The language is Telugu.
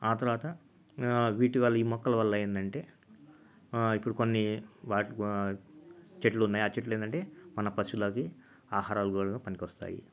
ఆ తర్వాత వీటివల్ల ఈ మొక్కల వల్ల ఏంటంటే ఇప్పుడు కొన్ని వాటి వా చెట్లు ఉన్నాయి ఆ చెట్లు ఏంటంటే మన పశులు అవి ఆహారాలుగా కూడా పనికి వస్తాయి